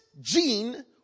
gene